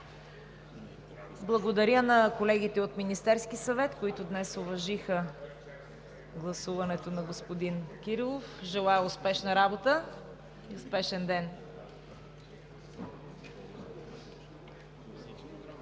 Благодаря на колегите от Министерския съвет, които днес уважиха гласуването на господин Кирилов. Желая успешна работа и успешен ден!